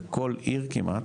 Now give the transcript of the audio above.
בכל עיר כמעט,